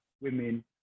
women